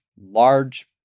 large